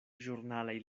ĵurnalaj